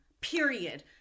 period